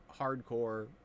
hardcore